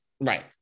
Right